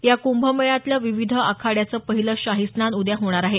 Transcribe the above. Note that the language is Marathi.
या क्ंभमेळ्यातलं विविध आखाड्याचं पहिलं शाही स्नान उद्या होणार आहे